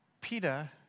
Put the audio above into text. Peter